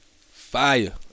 Fire